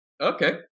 Okay